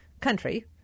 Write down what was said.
country